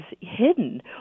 hidden